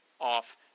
off